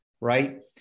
right